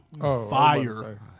Fire